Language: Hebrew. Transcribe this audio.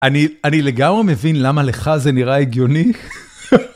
אני ...אני לגמרי מבין למה לך זה נראה הגיוני.